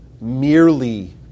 merely